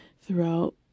throughout